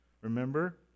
Remember